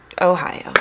Ohio